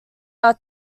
are